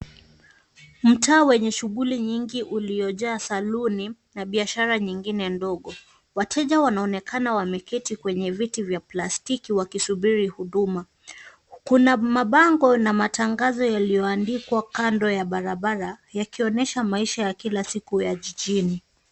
Mtaa wenye shughuli nyingi uliojaa saloon na biashara nyingine ndogo. Wateja wanaonekana wameketi kwenye viti vya plastiki wakisubiri huduma. Kuna mabango na matangazo yaliyoandikwa kando ya barabara yakionyesha maisha ya kila siku ya jijini.